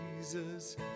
Jesus